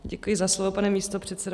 Děkuji za slovo, pane místopředsedo.